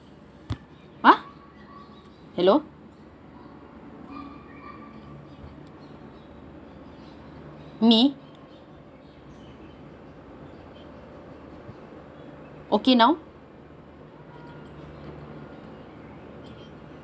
ha hello me okay now